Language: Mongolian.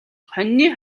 хонины